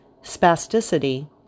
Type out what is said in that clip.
spasticity